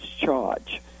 charge